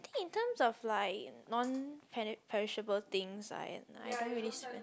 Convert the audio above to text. I think in terms of like non peni~ perishable things I I don't really spend